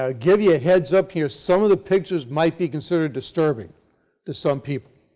ah give you a heads up here some of the pictures might be considered disturbing to some people.